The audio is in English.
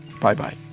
Bye-bye